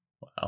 Wow